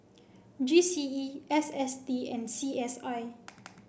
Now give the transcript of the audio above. G C E S S T and C S I